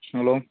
hello